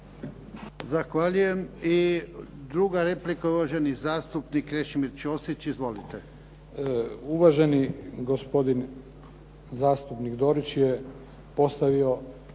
Zahvaljujem. I druga replika, uvaženi zastupnik Krešimir Ćosić. Izvolite. **Ćosić, Krešimir (HDZ)** Uvaženi gospodin zastupnik Dorić je postavio